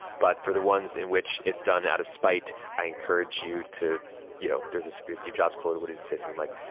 but for the ones in which it's done out of spite, i encourage you to you know there's a steve jobs quote. what does it say? something like,